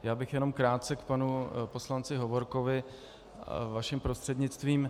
Já bych jen krátce k panu poslanci Hovorkovi vaším prostřednictvím.